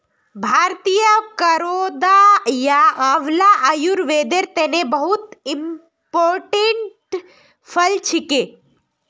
भारतीय करौदा या आंवला आयुर्वेदेर तने बहुत इंपोर्टेंट फल छिके